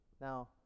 Now